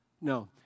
No